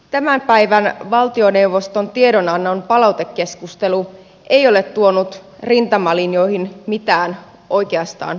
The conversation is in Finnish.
tämän päivän valtioneuvoston tiedonannon palautekeskustelu ei ole tuonut rintamalinjoihin mitään oikeastaan uutta